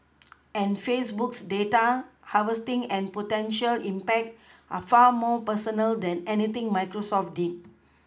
and Facebook's data harvesting and potential impact are far more personal than anything Microsoft did